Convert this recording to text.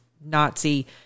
Nazi